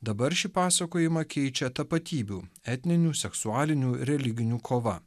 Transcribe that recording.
dabar šį pasakojimą keičia tapatybių etninių seksualinių religinių kova